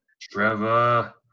Trevor